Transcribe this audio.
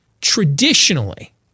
traditionally